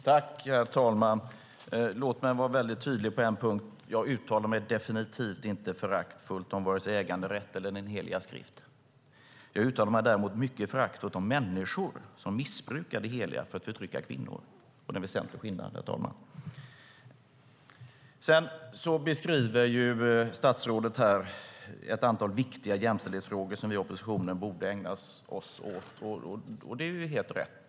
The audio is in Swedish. Herr talman! Låt mig vara väldigt tydlig på en punkt: Jag uttalar mig definitivt inte föraktfullt om vare sig äganderätt eller den heliga skrift. Jag uttalar mig däremot mycket föraktfullt om människor som missbrukar det heliga för att förtrycka kvinnor. Det är en väsentlig skillnad, herr talman. Statsrådet beskriver ett antal viktiga jämställdhetsfrågor som vi i oppositionen borde ägna oss åt. Det är helt rätt.